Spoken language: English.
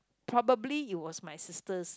probably it was my sisters